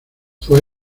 fue